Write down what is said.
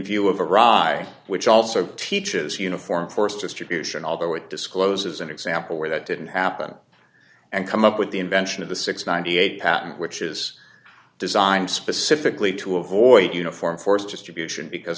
view of a wry which also teaches uniform force distribution although it discloses an example where that didn't happen and come up with the invention of the six ninety eight patent which is designed specifically to avoid uniform force distribution because